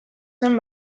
zen